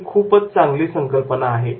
ही खूपच चांगली कल्पना आहे